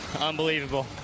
Unbelievable